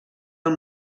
del